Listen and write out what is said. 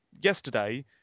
yesterday